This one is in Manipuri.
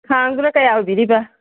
ꯈꯥꯡꯗꯨꯅ ꯀꯌꯥ ꯑꯣꯏꯕꯤꯔꯤꯕ